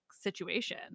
situation